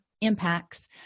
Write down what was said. impacts